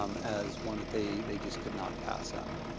um as one that they they just could not pass up.